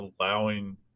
allowing